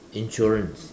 insurance